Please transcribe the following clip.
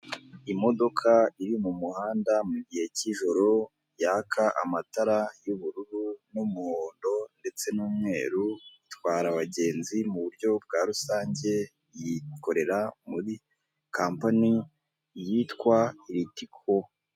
Imodoka iri mu muhanda mu gihe k'ijoro yaka amatara y'ubururu n'umuhondo ndetse n'umweru itwara abagenzi mu buryo bwa rusange yikorera muri kampani yitwa ritiko.